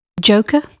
Joker